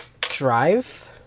Drive